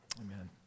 Amen